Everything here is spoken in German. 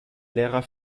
lehrer